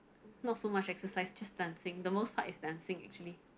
not so much exercise just dancing the most part is dancing actually